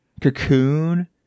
cocoon